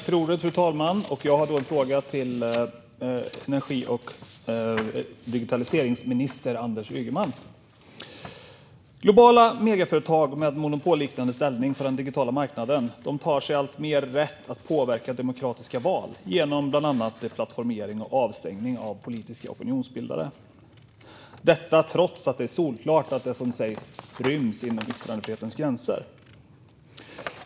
Fru talman! Jag har en fråga till energi och digitaliseringsminister Anders Ygeman. Globala megaföretag med monopolliknande ställning på den digitala marknaden tar sig alltmer rätten att påverka demokratiska val genom bland annat deplattformering och avstängning av politiska opinionsbildare - detta trots att det är solklart att det som sägs ryms inom yttrandefrihetens gränser.